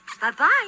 Bye-bye